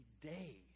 day